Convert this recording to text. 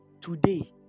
Today